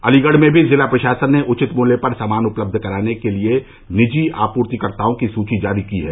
अलीगढ़ में भी जिला प्रशासन ने उचित मूल्य पर सामान उपलब्ध कराने के लिए निजी आपूर्तिकर्ताओं की सूची जारी की है